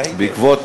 בעקבות